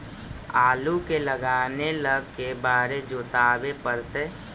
आलू के लगाने ल के बारे जोताबे पड़तै?